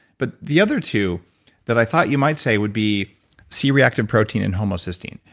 but the other two that i thought you might say would be c-reactive protein and homocysteine.